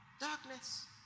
Darkness